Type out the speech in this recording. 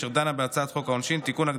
אשר דנה בהצעת חוק העונשין (תיקון,